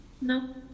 No